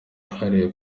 wahariwe